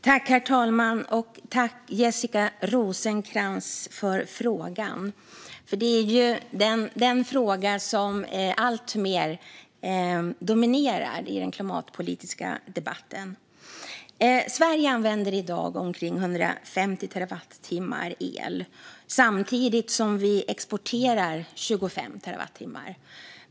Herr talman! Tack, Jessica Rosencrantz, för frågan som alltmer dominerar i den klimatpolitiska debatten! Sverige använder i dag omkring 150 terawattimmar el, samtidigt som vi exporterar 25 terawattimmar el.